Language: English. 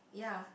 yea